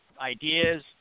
ideas